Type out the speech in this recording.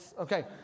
Okay